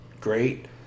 great